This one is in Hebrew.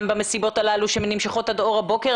בזמן המסיבות הללו שנמשכות עד אור הבוקר?